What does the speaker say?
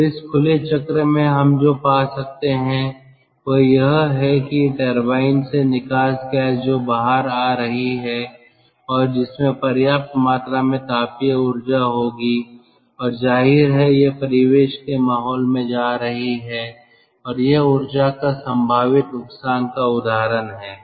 तो इस खुले चक्र में हम जो पा सकते हैं वह यह है कि टरबाइन से निकास गैस जो बाहर आ रही है और जिसमें पर्याप्त मात्रा में तापीय ऊर्जा होगी और जाहिर है यह परिवेश के माहौल में जा रही है और यह ऊर्जा का संभावित नुकसान का उदाहरण है